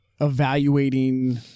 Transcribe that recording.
Evaluating